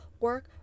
work